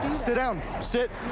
sit down. sit.